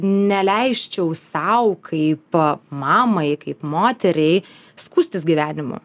neleisčiau sau kaip mamai kaip moteriai skųstis gyvenimu